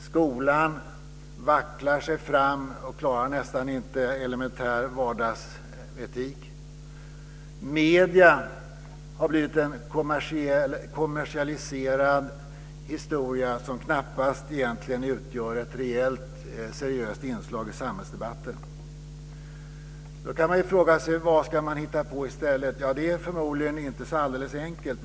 Skolan vacklar fram och klarar nästan inte elementär vardagsetik. Medierna har blivit en kommersialiserad historia som knappast utgör ett seriöst inslag i samhällsdebatten. Man kan fråga sig vad man ska hitta på i stället. Det är förmodligen inte alldeles enkelt.